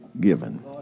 given